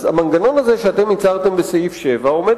אז המנגנון הזה שאתם יצרתם בסעיף 7 עומד